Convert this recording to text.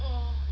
oh